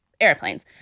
airplanes